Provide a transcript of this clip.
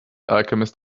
alchemist